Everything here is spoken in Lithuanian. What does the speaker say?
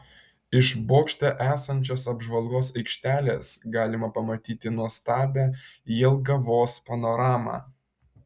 iš bokšte esančios apžvalgos aikštelės galima pamatyti nuostabią jelgavos panoramą